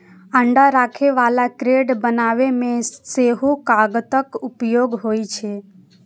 अंडा राखै बला क्रेट बनबै मे सेहो कागतक उपयोग होइ छै